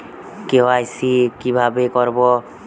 KYC কিভাবে করব?